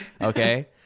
okay